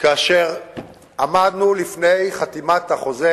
כאשר עמדנו בפני חתימת החוזה.